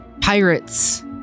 pirates